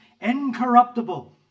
incorruptible